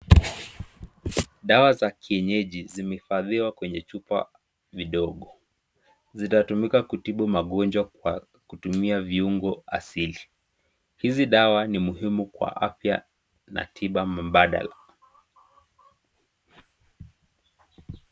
Dawa za kienyeji zimehifadhiwa kwenye chupa vidogo. Zitatumika kutibu magonjwa kwa kutumia viungo asili. Hizi dawa ni muhimu kwa afya na tiba mbadala.